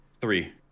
three